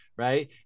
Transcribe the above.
Right